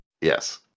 Yes